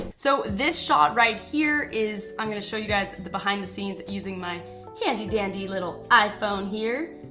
so this shot right here is i'm gonna show you guys the behind the scenes using my handy dandy little iphone here.